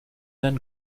dein